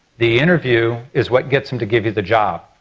the interview is what gets them to give you the job.